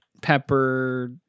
pepper